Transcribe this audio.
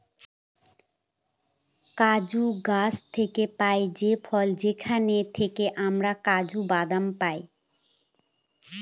কাজু গাছ থেকে পাই যে ফল সেখান থেকে আমরা কাজু বাদাম পাই